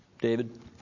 David